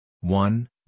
one